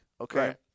Okay